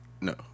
No